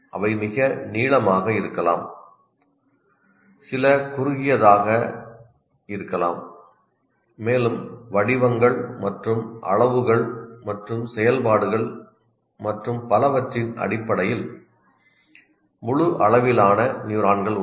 அவை மிக நீளமாக இருக்கலாம் சில குறுகியதாக இருக்கலாம் மேலும் வடிவங்கள் மற்றும் அளவுகள் மற்றும் செயல்பாடுகள் மற்றும் பலவற்றின் அடிப்படையில் முழு அளவிலான நியூரான்கள் உள்ளன